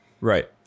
Right